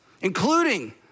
including